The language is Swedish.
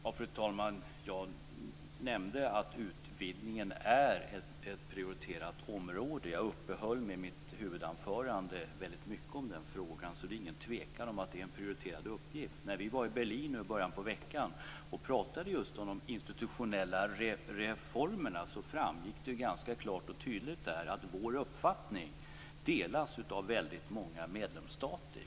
Fru talman! Jag nämnde att utvidgningen är ett prioriterat område. Jag uppehöll mig i mitt huvudanförande väldigt mycket vid den frågan. Det är ingen tvekan om att det är en prioriterad uppgift. När vi var i Berlin i början av veckan och talade om de institutionella reformerna framgick det ganska klart och tydligt att vår uppfattning delas av många medlemsstater.